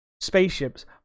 spaceships